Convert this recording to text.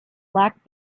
lacked